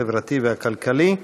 החברתי והכלכלי.